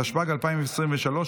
התשפ"ג 2023,